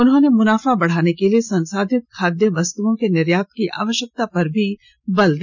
उन्होंने मुनाफा बढाने के लिए संसाधित खाद्य वस्तओं के निर्यात की आवश्यकता पर बल दिया